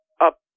up